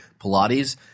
Pilates